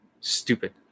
Stupid